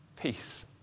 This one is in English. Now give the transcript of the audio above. peace